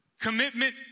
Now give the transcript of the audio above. Commitment